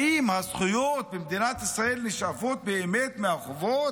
האם הזכויות במדינת ישראל נשאבות באמת מהחובות?